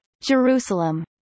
Jerusalem